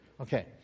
okay